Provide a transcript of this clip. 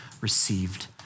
received